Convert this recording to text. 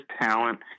talent